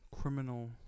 criminal